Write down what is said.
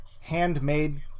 handmade